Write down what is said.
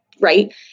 Right